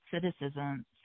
citizens